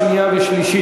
33 בעד,